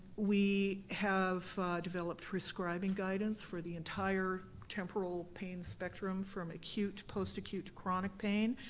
we have developed prescribing guidance for the entire temporal pain spectrum, from acute, post-acute, chronic pain.